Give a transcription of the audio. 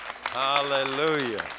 Hallelujah